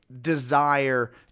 desire